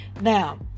Now